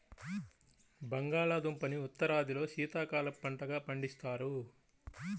బంగాళాదుంపని ఉత్తరాదిలో శీతాకాలపు పంటగా పండిస్తారు